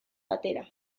batera